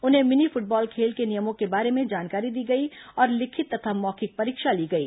उन्हें mini football खेल के नियमों के बारे में जानकारी दी गई और लिखित तथा मौखिक परीक्षा ली गई